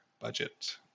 budget